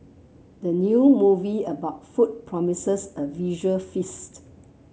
the new movie about food promises a visual feast